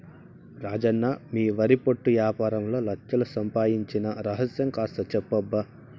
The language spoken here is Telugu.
రాజన్న మీ వరి పొట్టు యాపారంలో లచ్ఛలు సంపాయించిన రహస్యం కాస్త చెప్పబ్బా